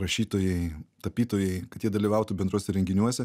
rašytojai tapytojai kad jie dalyvautų bendruose renginiuose